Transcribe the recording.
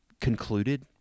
concluded